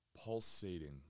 pulsating